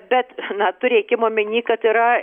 bet na turėkim omeny kad yra